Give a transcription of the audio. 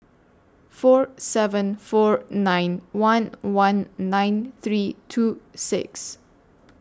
four seven four nine one one nine three two six